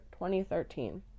2013